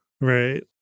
right